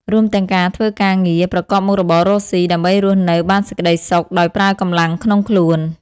រួមទាំងកាធ្វើការរងារ ប្រកបមុខរបរកស៊ី ដើម្បីរស់នៅបានសេចក្ដីសុខដោយប្រើកម្លាំងក្នុងខ្លួន។